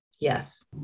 Yes